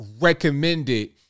recommended